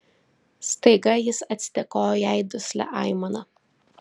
staiga jis atsidėkojo jai duslia aimana